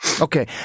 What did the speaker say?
Okay